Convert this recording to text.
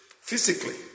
physically